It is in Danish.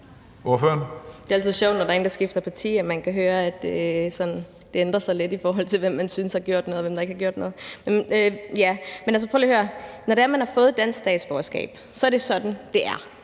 Når man har fået dansk statsborgerskab, er det sådan, det er.